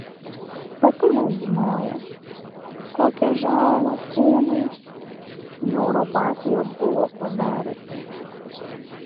pati nežinojau kokią žalą kūnui neuropatija buvo padariusi